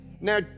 Now